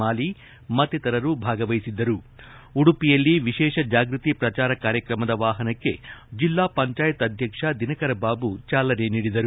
ಮಾಲಿ ಮತ್ತಿತರರು ಭಾಗವಹಿಸಿದ್ದರು ಉಡುಪಿಯಲ್ಲಿ ವಿಶೇಷ ಜಾಗೃತಿ ಪ್ರಚಾರ ಕಾರ್ಯಕ್ರಮದ ವಾಹನಕ್ಕೆ ಜಿಲ್ಲಾ ಪಂಚಾಯತ್ ಅಧ್ಯಕ್ಷ ದಿನಕರ ಬಾಬು ಚಾಲನೆ ನೀಡಿದರು